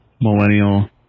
millennial